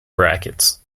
brackets